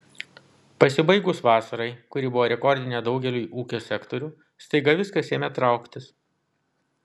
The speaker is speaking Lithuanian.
pasibaigus vasarai kuri buvo rekordinė daugeliui ūkio sektorių staiga viskas ėmė trauktis